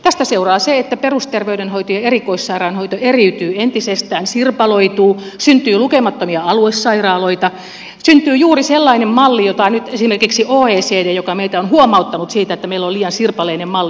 tästä seuraa se että perusterveydenhoito ja erikoissairaanhoito eriytyvät entisestään sirpaloituvat syntyy lukemattomia aluesairaaloita syntyy juuri sellainen malli josta nyt esimerkiksi oecd on meitä huomauttanut siitä että meillä on liian sirpaleinen malli